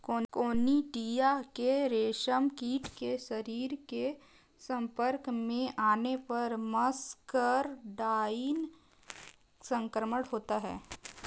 conidia के रेशमकीट के शरीर के संपर्क में आने पर मस्करडाइन संक्रमण होता है